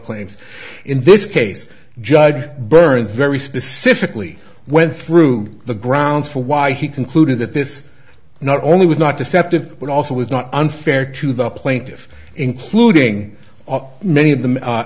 claims in this case judge burns very specifically went through the grounds for why he concluded that this not only was not deceptive but also was not unfair to the plaintiff including many of the